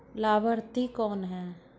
लाभार्थी कौन है?